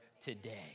today